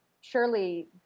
Surely